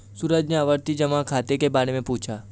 सूरज ने आवर्ती जमा खाता के बारे में पूछा